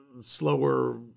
slower